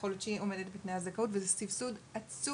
יכול להיות שהיא עומדת בתנאי הזכאות וזה סבסוד עצום,